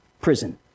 prison